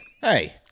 hey